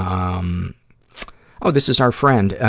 um oh, this is our friend,